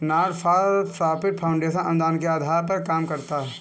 not for profit foundation अनुदान के आधार पर काम करता है